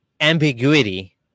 ambiguity